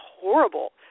horrible